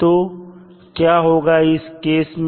तो क्या होगा इस केस में